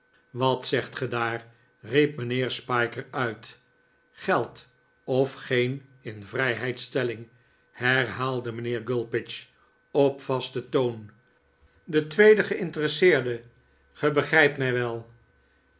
wat zegt ge daar riep mijnheer spiker uit geld of geen invrijheidstelling herhaalde mijnheer gulpidge op vasten toon de tweede geinteresseerde ge begrijpt mij wel